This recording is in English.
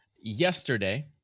yesterday